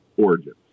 origins